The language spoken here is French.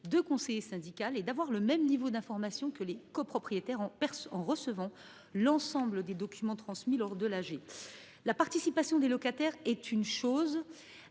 de conseiller syndical, et d’avoir le même niveau d’information que les copropriétaires en recevant l’ensemble des documents transmis pour l’assemblée générale. La participation des locataires est une chose,